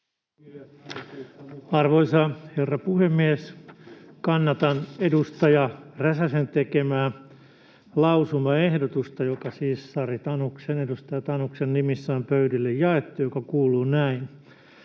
Arvoisa herra puhemies! Kannatan edustaja Räsäsen tekemää lausumaehdotusta, joka siis edustaja Sari Tanuksen nimissä on pöydille jaettu ja joka kuuluu näin: